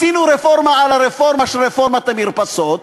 עשינו רפורמה על הרפורמה של רפורמת המרפסות,